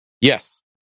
Yes